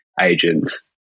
agents